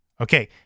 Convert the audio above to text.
Okay